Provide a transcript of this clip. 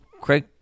Craig